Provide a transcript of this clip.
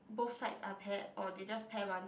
both sides are paired or they just pair ones